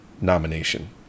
nomination